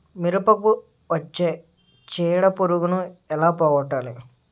మిరపకు వచ్చే చిడపురుగును ఏల పోగొట్టాలి?